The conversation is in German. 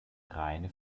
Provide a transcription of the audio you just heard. reine